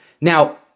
Now